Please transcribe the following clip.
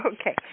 Okay